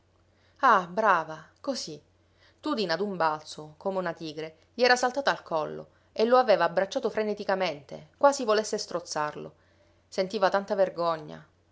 ah brava così tudina d'un balzo come una tigre gli era saltata al collo e lo aveva abbracciato freneticamente quasi volesse strozzarlo sentiva tanta vergogna